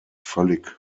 völlig